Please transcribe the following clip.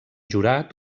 jurat